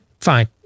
fine